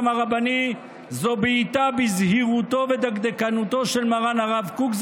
הרבני זאת בעיטה בזהירותו ודקדקנותו של מרן הרב קוק,